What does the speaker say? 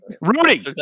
Rudy